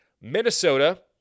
Minnesota